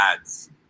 ads